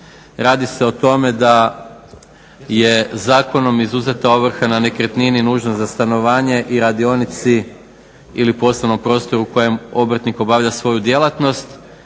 Radi se o tome da je zakonom izuzeta ovrha na nekretnini nužnoj za stanovanje i radionici ili poslovnog prostora u kojem obrtnik obavlja svoju djelatnost